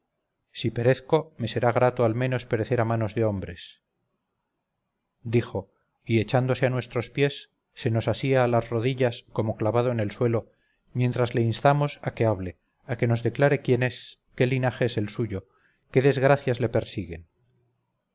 si perezco me será grato al menos perecer a manos de hombres dijo y echándose a nuestros pies se nos asía a las rodillas como clavado en el suelo mientras le instamos a que hable a que nos declare quién es qué linaje es el suyo qué desgracias le persiguen